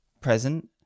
present